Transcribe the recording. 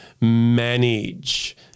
manage